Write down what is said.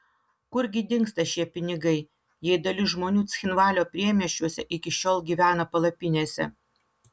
kur gi dingsta šie pinigai jei dalis žmonių cchinvalio priemiesčiuose iki šiol gyvena palapinėse